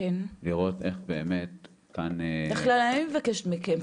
לראות איך באמת כאן --- בדרך כלל אני מבקשת מכם,